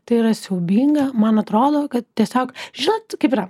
tai yra siaubinga man atrodo kad tiesiog žinot kaip yra